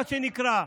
מה שנקרא,